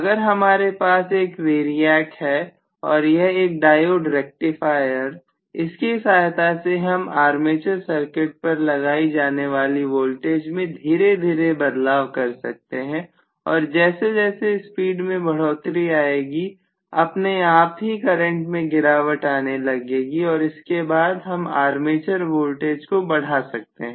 अगर हमारे पास एक वेरियाक है और एक डायोड रेक्टिफायर इनकी सहायता से हम आर्मेचर सर्किट पर लगाई जाने वाली वोल्टेज में धीरे धीरे बदलाव कर सकते हैं और जैसे जैसे स्पीड में बढ़ोतरी आएगी अपने आप ही करंट में गिरावट आने लगेगी और इसके बाद हम आर्मेचर वोल्टेज को बढ़ा सकते हैं